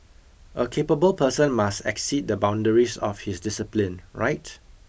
a capable person must exceed the boundaries of his discipline right